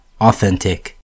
Authentic